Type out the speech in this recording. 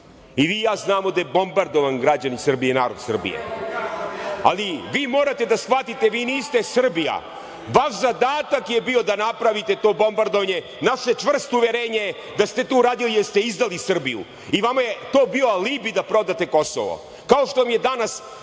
I vi i ja znamo da je bombardovan građanin Srbije i narod Srbije, ali vi morate da shvatite – vi niste Srbija. Vaš zadatak je bio da napravite to bombardovanje. Naše čvrsto uverenje je da ste to uradili jer ste izdali Srbiju i vama je to bio alibi da prodate Kosovo, kao što vam je danas